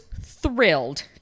thrilled